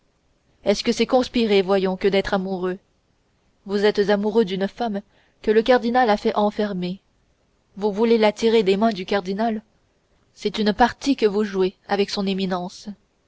est-ce que c'est conspirer voyons que d'être amoureux vous êtes amoureux d'une femme que le cardinal a fait enfermer vous voulez la tirer des mains du cardinal c'est une partie que vous jouez avec son éminence